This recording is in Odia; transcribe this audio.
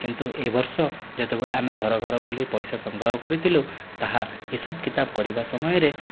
କିନ୍ତୁ ଏହି ବର୍ଷ ଯେତେବେଳେ ଆମେ ଘର ଘର ବୁଲି ପଇସା ସଂଗ୍ରହ କରିଥିଲୁ ତାହା ହିସାବ କିତାବ କରିବା ସମୟରେ